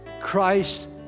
Christ